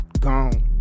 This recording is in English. gone